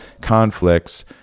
conflicts